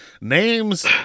names